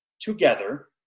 together